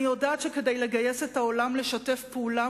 אני יודעת שכדי לגייס את העולם לשתף פעולה